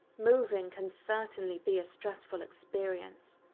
moving can certainly be a stressful experience,